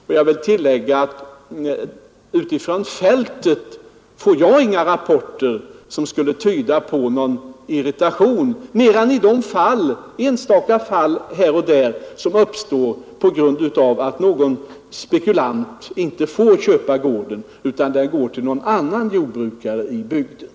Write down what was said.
Men jag vill tillägga att jag inte får några rapporter utifrån fältet, som tyder på irritationer — mer än i de enstaka fall här och där som uppstår när någon spekulant inte får köpa en gård utan denna i stället går till en annan jordbrukare i bygden.